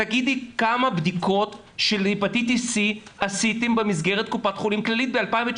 תגידי כמה בדיקות של הפטיטיס סי עשיתם במסגרת קופת חולים כללית ב-2019.